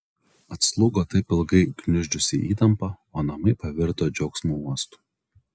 atslūgo taip ilgai gniuždžiusi įtampa o namai pavirto džiaugsmo uostu